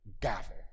gavel